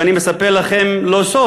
ואני לא מספר לכם סוד,